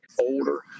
older